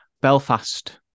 Belfast